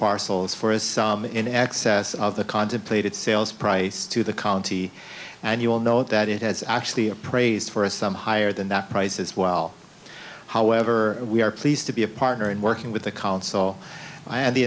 parcels for us in excess of the contemplated sales price to the county and you will know that it has actually appraised for a sum higher than that price as well however we are pleased to be a partner in working with the council and the